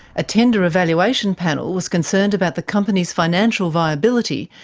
a tender evaluation panel was concerned about the company's financial viability,